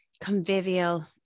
convivial